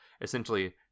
essentially